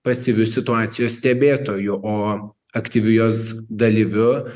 pasyviu situacijos stebėtoju o aktyviu jos dalyviu